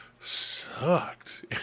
sucked